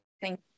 Thank